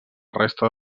resta